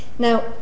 Now